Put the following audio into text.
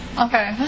Okay